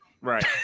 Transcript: Right